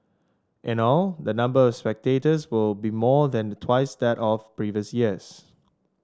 in all the number of spectators will be more than twice that of previous years